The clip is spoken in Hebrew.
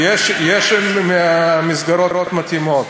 יש מסגרות מתאימות,